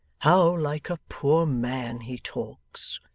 how like a poor man he talks